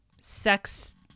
sex